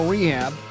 Rehab